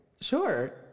sure